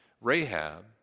Rahab